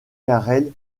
karel